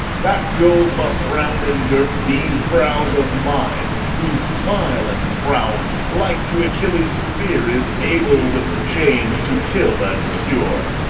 that gold, must round engirt these browes of mine, whose smile and frowne, like to achilles speare is able with the change, to kill and cure.